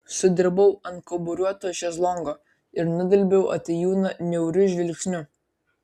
sudribau ant kauburiuoto šezlongo ir nudelbiau atėjūną niauriu žvilgsniu